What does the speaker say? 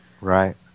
Right